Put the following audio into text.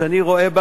שאני רואה בה,